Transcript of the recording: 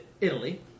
Italy